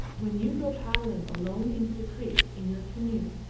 when you go paddling alone into the creeks in your canoe.